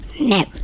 No